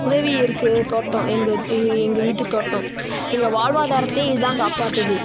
உதவியிருக்கு தோட்டம் எங்கள் இ எங்கள் வீட்டு தோட்டம் எங்கள் வாழ்வாதாரத்தே இது தான் காப்பாற்றுது